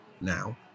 Now